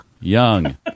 Young